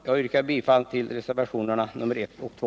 Jag yrkar bifall till reservationerna 1 och 2.